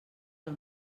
del